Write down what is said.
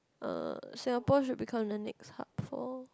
uh Singapore should become the next hub for